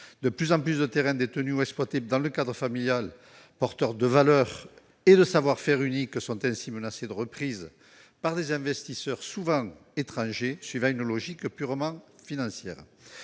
De plus en plus de terrains détenus ou exploités dans le cadre familial, porteur de valeurs et de savoir-faire uniques, sont ainsi menacés de reprise par des investisseurs, souvent étrangers, suivant une logique purement financière.